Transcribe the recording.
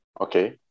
Okay